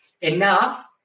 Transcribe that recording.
enough